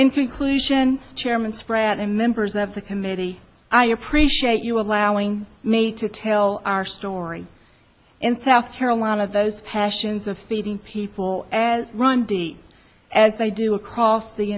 conclusion chairman spratt and members of the committee i appreciate you allowing me to tell our story in south carolina those passions of feeding people as runty as i do across the